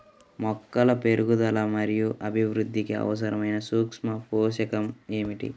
మొక్కల పెరుగుదల మరియు అభివృద్ధికి అవసరమైన సూక్ష్మ పోషకం ఏమిటి?